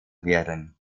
werden